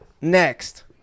Next